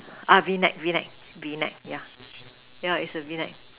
ah V neck V neck V neck yeah yeah is a V neck